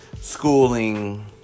schooling